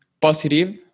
positive